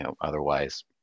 otherwise